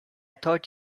thought